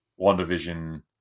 wandavision